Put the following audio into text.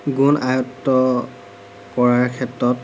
গুণ আয়ত্ব কৰাৰ ক্ষেত্ৰত